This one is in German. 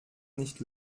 nicht